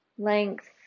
length